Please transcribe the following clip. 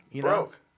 Broke